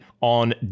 on